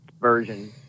version